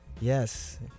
Yes